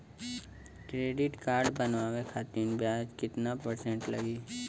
Credit card बनवाने खातिर ब्याज कितना परसेंट लगी?